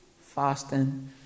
Fasting